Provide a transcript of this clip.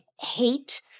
hate